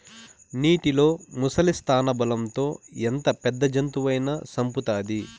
నీటిలో ముసలి స్థానబలం తో ఎంత పెద్ద జంతువునైనా సంపుతాది